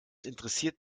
interessiert